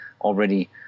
already